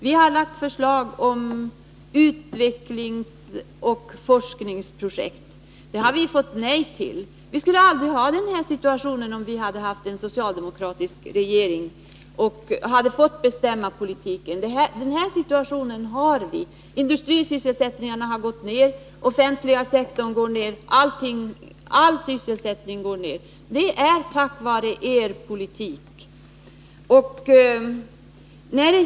Vi har föreslagit utvecklingsoch forskningsprojekt, men dem har vi fått nej till. Vårt land skulle aldrig ha fått den här situationen, om det hade varit en socialdemokratisk regering och vi hade fått bestämma politiken, men nu har vi den situationen. Industrisysselsättningen har gått ner, den offentliga sektorn går ner, all sysselsättning går ner på grund av er politik.